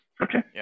okay